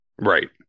right